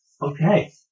Okay